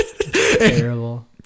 Terrible